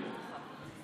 נכון.